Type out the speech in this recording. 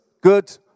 good